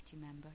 member